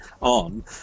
on